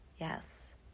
Yes